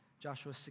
Joshua